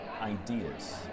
ideas